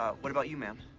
ah what about you, ma'am?